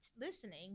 listening